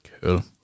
Cool